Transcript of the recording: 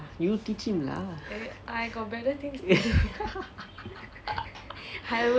you teach him lah